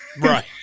Right